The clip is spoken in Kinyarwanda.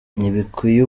ntibikwiye